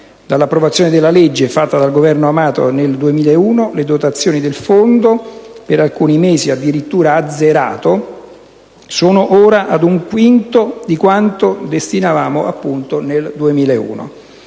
Dall'entrata in vigore della legge, approvata dal Governo Amato nel 2001, le dotazioni del fondo, per alcuni mesi addirittura azzerate, sono scese e sono ora ad un quinto di quanto destinavamo, appunto, nel 2001.